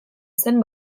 zen